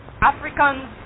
Africans